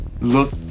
look